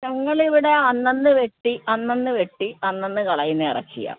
ഞങ്ങളിവടെ അന്നന്ന് വെട്ടി അന്നന്ന് വെട്ടി അന്നന്ന് കളയുന്ന ഇറച്ചിയാണ്